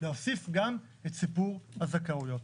לנגוע גם בסיפור הזכאויות.